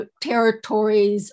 territories